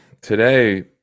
today